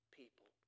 people